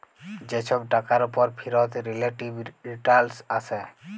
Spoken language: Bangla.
যে ছব টাকার উপর ফিরত রিলেটিভ রিটারল্স আসে